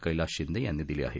कैलास शिंदे यांनी दिली आहे